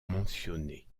mentionné